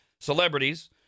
celebrities